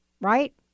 right